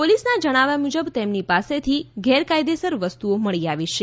પોલીસના જણાવ્યા મુજબ તેમની પાસેથી ગેરકાયદેસર વસ્તુઓ મળી આવી છે